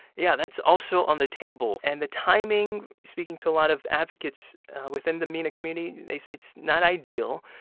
yeah, that's also on the table. and the timing, speaking to a lot of advocates within the mena community, they say it's not ideal.